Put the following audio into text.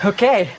Okay